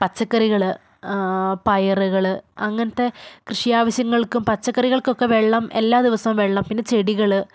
പച്ചക്കറികൾ പയറുകൾ അങ്ങനത്തെ കൃഷി ആവശ്യങ്ങൾക്കും പച്ചക്കറികൾകൊക്കെ വെള്ളം എല്ലാ ദിവസം വെള്ളം പിന്നെ ചെടികൾ